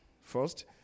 first